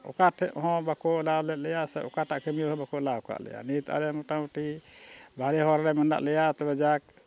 ᱚᱠᱟ ᱴᱷᱮᱱ ᱦᱚᱸ ᱵᱟᱠᱚ ᱞᱟᱦᱟ ᱞᱮᱫ ᱞᱮᱭᱟ ᱥᱮ ᱚᱠᱟᱴᱟᱜ ᱠᱟᱹᱢᱤ ᱨᱮᱦᱚᱸ ᱵᱟᱠᱚ ᱮᱞᱟᱣ ᱟᱠᱟᱫ ᱞᱮᱭᱟ ᱱᱤᱛ ᱟᱞᱮ ᱢᱚᱴᱟᱢᱩᱴᱤ ᱵᱟᱨᱮ ᱦᱚᱲ ᱨᱮ ᱢᱮᱱᱟᱜ ᱞᱮᱭᱟ ᱛᱚᱵᱮ ᱡᱟᱠ